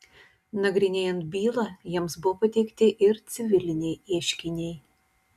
nagrinėjant bylą jiems buvo pateikti ir civiliniai ieškiniai